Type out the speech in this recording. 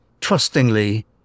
trustingly